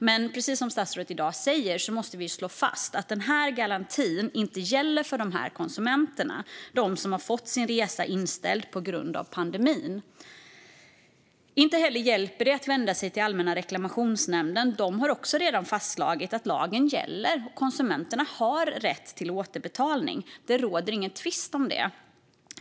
Men precis som statsrådet sa måste vi slå fast att denna garanti inte gäller för de konsumenter som har fått sin resa inställd på grund av pandemin. Inte heller hjälper det att vända sig till Allmänna reklamationsnämnden. Även de har redan fastslagit att lagen gäller och att konsumenterna har rätt till återbetalning; det råder ingen tvist om det.